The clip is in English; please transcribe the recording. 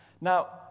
Now